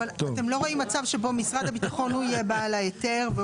אתם לא רואים מצב שבו משרד הביטחון יהיה בעל ההיתר?